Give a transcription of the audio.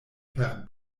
per